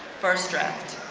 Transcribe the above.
first draft.